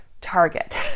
Target